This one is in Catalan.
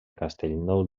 castellnou